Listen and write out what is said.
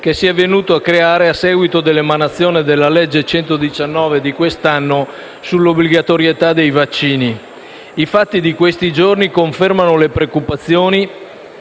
che si è venuto a creare a seguito dell'emanazione della legge n.119 del 2017 sulla obbligatorietà dei vaccini. I fatti di questi giorni confermano le preoccupazioni,